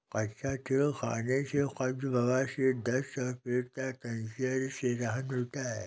कच्चा केला खाने से कब्ज, बवासीर, दस्त और पेट का कैंसर से राहत मिलता है